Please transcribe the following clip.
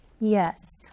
Yes